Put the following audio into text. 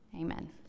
Amen